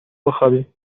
بخوابی